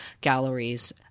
galleries